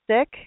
sick